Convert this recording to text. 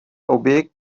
objekt